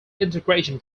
integration